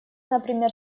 например